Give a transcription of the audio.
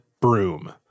broom